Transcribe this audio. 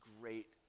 great